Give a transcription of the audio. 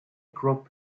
crop